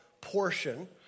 portion